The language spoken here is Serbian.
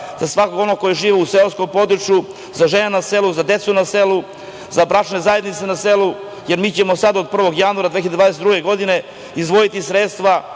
za svakog ko živi u seoskom području, za žene na selu, za decu na selu, za bračne zajednice na selu, jer mi ćemo sada, od 1. januara 2022. godine, izdvojiti sredstva